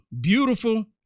beautiful